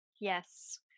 Yes